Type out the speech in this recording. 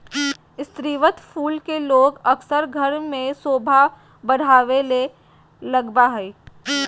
स्रीवत फूल के लोग अक्सर घर में सोभा बढ़ावे ले लगबा हइ